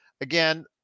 again